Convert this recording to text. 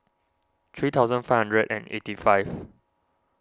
three thousand five hundred and eighty five